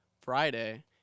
Friday